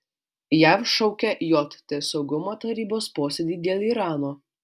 jav šaukia jt saugumo tarybos posėdį dėl irano